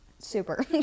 super